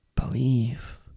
Believe